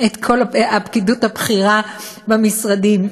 את כל הפקידוּת הבכירה במשרדים.